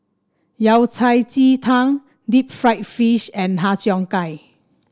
Yao Cai Ji Tang Deep Fried Fish and Har Cheong Gai